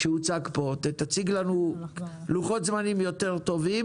תציג לנו לוחות זמנים יותר טוב.